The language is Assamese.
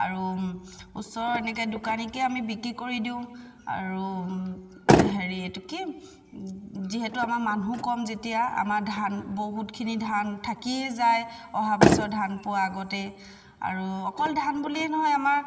আৰু ওচৰৰ এনেকৈ দোকানীকেই আমি বিক্ৰী কৰি দিওঁ আৰু হেৰি এইটো কি যিহেতু আমাৰ মানুহ কম যেতিয়া আমাৰ ধান বহুতখিনি ধান থাকিয়েই যায় অহা বছৰ ধান পোৱাৰ আগতেই আৰু অকল ধান বুলিয়েই নহয় আমাৰ